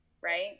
right